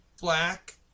black